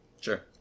Sure